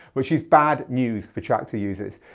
which is bad news for traktor users.